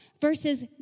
versus